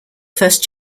first